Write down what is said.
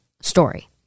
story